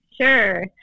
Sure